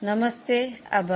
નમસ્તે આભાર